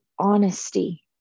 honesty